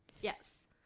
Yes